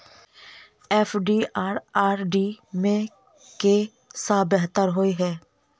FD आ RD मे केँ सा बेहतर होइ है?